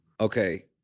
Okay